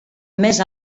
més